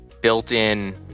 built-in